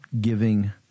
giving